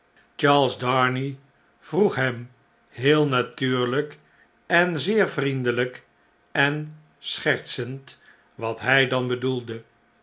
charles darnay vroeg hem heel natuurlijk en zeer vriendelijk en schertsend wat hij dan bedoelde